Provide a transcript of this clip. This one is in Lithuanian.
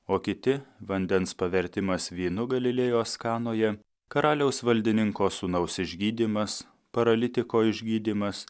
o kiti vandens pavertimas vynu galilėjos kanoje karaliaus valdininko sūnaus išgydymas paralitiko išgydymas